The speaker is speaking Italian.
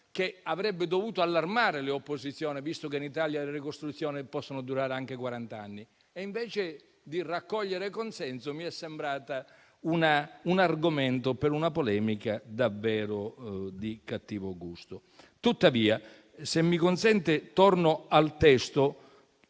che avrebbe dovuto allarmare le opposizioni, visto che in Italia le ricostruzioni possono durare anche quarant'anni, ma invece di raccogliere consenso mi è sembrato un argomento per una polemica davvero di cattivo gusto. Tuttavia, se mi consente, torno al testo: